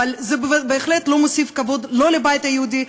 אבל זה בהחלט לא מוסיף כבוד לא לבית היהודי,